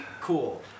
cool